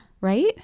Right